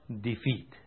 defeat